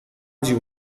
جیب